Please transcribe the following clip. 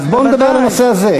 אז בואו נדבר על הנושא הזה.